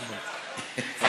זה כבר מסובך.